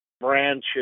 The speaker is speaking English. branches